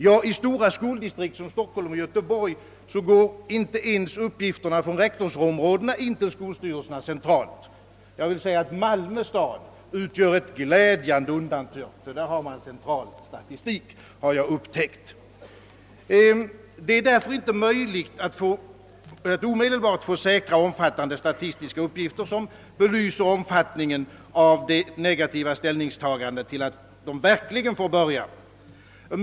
I stora skoldistrikt, t.ex. i Stockholm och Göteborg, går uppgifterna inte ens från rektorsområdena in till skolstyrelserna centralt. Malmö stad utgör dock ett glädjande undantag. Där har man central statistik. Därför är det inte möjligt att omedelbart få några säkra, omfattande statistiska uppgifter, som belyser omfattningen av de negativa ställningstagandena till att barnen får börja skolgången.